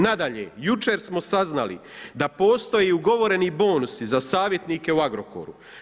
Nadalje, jučer smo saznali da postoje ugovoreni bonusi za savjetnike u Agrokoru.